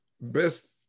best